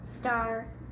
star